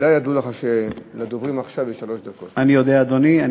ודאי ידוע לך שלדוברים עכשיו יש שלוש דקות.